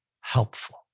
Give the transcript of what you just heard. helpful